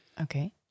okay